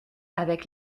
avec